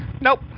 nope